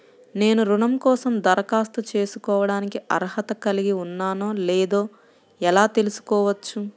నేను రుణం కోసం దరఖాస్తు చేసుకోవడానికి అర్హత కలిగి ఉన్నానో లేదో ఎలా తెలుసుకోవచ్చు?